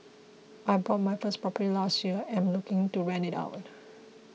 I bought my first property last year and looking to rent it out